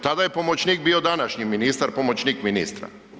Tada je pomoćnik bio današnji ministar, pomoćnik ministra.